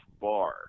bar